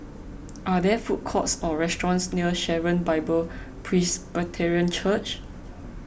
are there food courts or restaurants near Sharon Bible Presbyterian Church